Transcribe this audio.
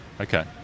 Okay